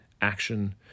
action